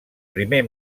primer